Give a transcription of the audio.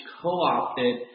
co-opted